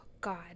god